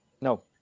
no